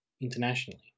internationally